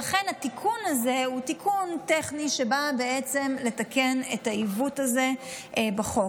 לכן התיקון הזה הוא תיקון טכני שבא בעצם לתקן את העיוות הזה בחוק.